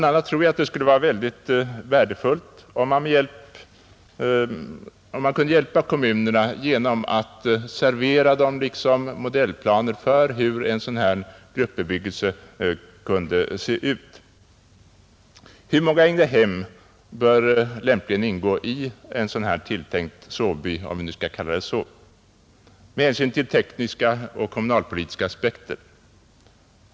a. tror jag att det skulle vara synnerligen värdefullt om man kunde hjälpa kommunerna genom att tillhandahålla dem modellplaner för en sådan gruppbebyggelse. Hur många egnahem bör lämpligen ingå i en sådan tilltänkt sovby — om vi nu skall kalla den så — med hänsyn till tekniska och kommunalpolitiska aspekter?